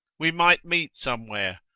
we might meet somewhere,